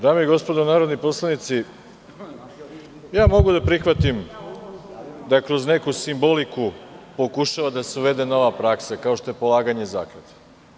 Dame i gospodo narodni poslanici, mogu da prihvatim da kroz neku simboliku pokušava da se uvede nova praksa kao što je polaganje zakletve.